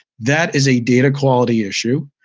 that is a data quality issue.